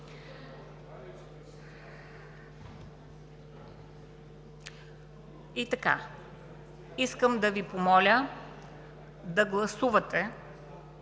И така, искам да Ви помоля да гласувате